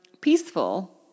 peaceful